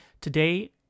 Today